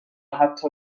حتی